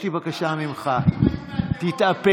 יש לי בקשה ממך: תתאפק.